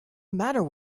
matter